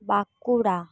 Bankura